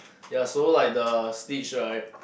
ya so like the Stitch right